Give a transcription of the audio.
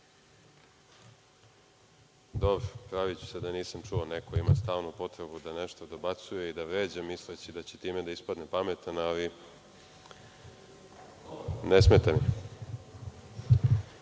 Dobro, praviću se da nisam čuo. Neko ima stalnu potrebu da nešto dobacuje i da vređa, misleći da će time da ispadne pametan, ali ne smeta